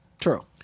True